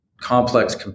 complex